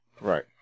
Right